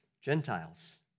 Gentiles